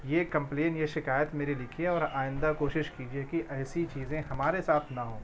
یہ کمپلین یہ شکایت میری لکھیے اور آئندہ کوشش کیجیے کہ ایسی چیزیں ہمارے ساتھ نہ ہوں